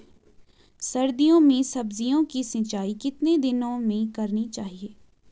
सर्दियों में सब्जियों की सिंचाई कितने दिनों में करनी चाहिए?